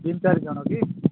ତିନି ଚାରିଜଣ କି